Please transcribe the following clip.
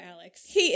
Alex